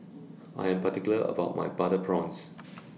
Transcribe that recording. I Am particular about My Butter Prawns